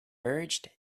urged